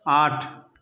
आठ